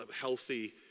healthy